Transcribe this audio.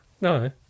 No